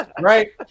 right